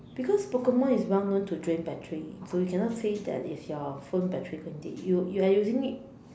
because Pokemon is well known to drain battery so you cannot say that it's your phone battery can take you you're using it